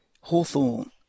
Hawthorne